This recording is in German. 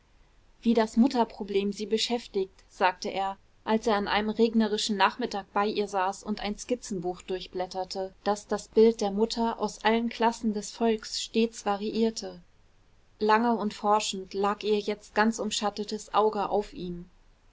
wie das mutterproblem sie beschäftigt sagte er als er an einem regnerischen nachmittag bei ihr saß und ein skizzenbuch durchblätterte das das bild der mutter aus allen klassen des volks stets variierte lange und forschend lag ihr jetzt ganz umschattetes auge auf ihm